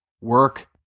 work